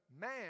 man